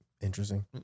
Interesting